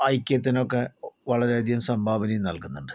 ഐക്യത്തിനൊക്കെ വളരെയധികം സംഭാവനയും നൽകുന്നുണ്ട്